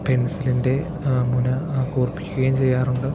പെൻസിലിൻ്റെ മുന കൂർപ്പിക്കുകയും ചെയ്യാറുണ്ട്